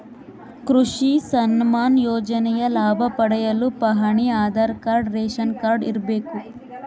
ಕೃಷಿ ಸನ್ಮಾನ್ ಯೋಜನೆಯ ಲಾಭ ಪಡೆಯಲು ಪಹಣಿ ಆಧಾರ್ ಕಾರ್ಡ್ ರೇಷನ್ ಕಾರ್ಡ್ ಇರಬೇಕು